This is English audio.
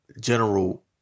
general